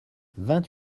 vingt